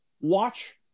watch